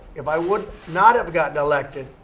if i would not have gotten elected,